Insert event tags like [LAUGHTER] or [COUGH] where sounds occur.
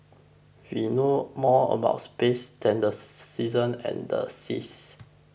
we know more about space than the [NOISE] seasons and the seas